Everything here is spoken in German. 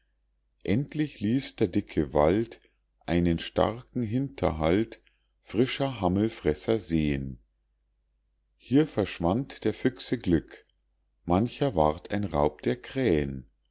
endlich ließ der dicke wald einen starken hinterhalt frischer hammelfresser sehen hier verschwand der füchse glück mancher ward ein raub der krähen